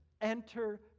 enter